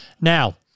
Now